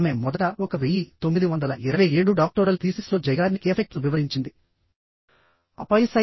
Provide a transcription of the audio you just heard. ఆమె మొదట 1927 డాక్టోరల్ థీసిస్లో Zeigarnik ఎఫెక్ట్ను వివరించింది ఆపై PsychWiki